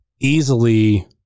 Easily